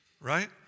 right